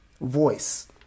voice